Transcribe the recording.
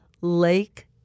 lake